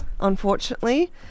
unfortunately